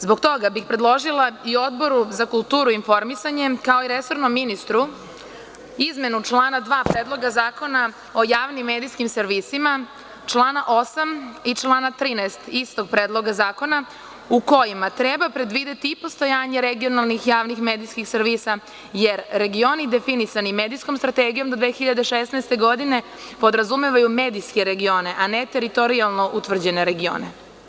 Zbog toga bih predložila Odboru za kulturu i informisanje, kao i resornom ministru izmenu člana 2. Predloga zakona o javnim medijskim servisima, člana 8. i člana 13. istog Predloga zakona u kojima treba predvideti postojanje regionalnih javnih medijskih servisa, jer regioni definisani medijskom strategijom do 2016. godine podrazumevaju medijske regione, a ne teritorijalno utvrđene regione.